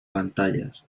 pantallas